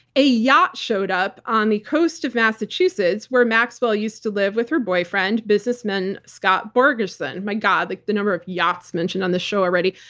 a yacht showed up on the coast of massachusetts where maxwell used to live with her boyfriend, businessman scott borgerson-my god, like the number of yachts mentioned on the show already.